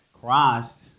Christ